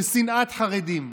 של שנאת חרדים.